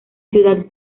ciudad